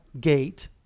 gate